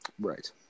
right